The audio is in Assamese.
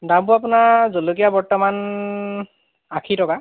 দামবোৰ আপোনাৰ জলকীয়া বৰ্তমান আশী টকা